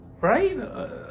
right